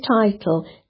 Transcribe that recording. title